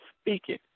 speaking